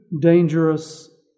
dangerous